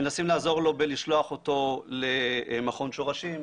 מנסים לעזור לו בלשלוח אותו למכון שורשים שמסייע,